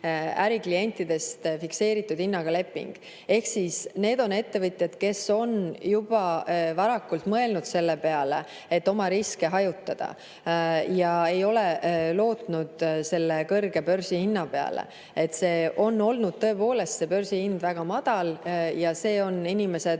äriklientidest fikseeritud hinnaga leping. Need on ettevõtjad, kes on juba varakult mõelnud selle peale, et oma riske hajutada, nad ei ole lootnud selle [praegu] kõrge börsihinna peale. Börsihind on tõepoolest olnud ka väga madal ja see on inimesed